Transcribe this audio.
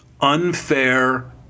unfair